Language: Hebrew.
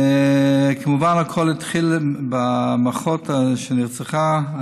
כמובן, הכול התחיל באחות שנרצחה,